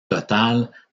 totale